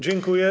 Dziękuję.